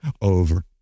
over